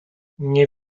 nie